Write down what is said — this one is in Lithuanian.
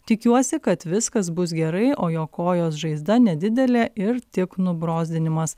tikiuosi kad viskas bus gerai o jo kojos žaizda nedidelė ir tik nubrozdinimas